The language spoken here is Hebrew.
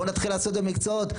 בוא נתחיל לעשות את זה מקצועות,